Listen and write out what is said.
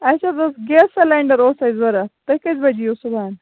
اَسہِ حظ اوس گیس سِلٮ۪نٛڈَر اوس اَسہِ ضروٗرت تُہۍ کٔژِ بَجہِ یِیِو صُبَحن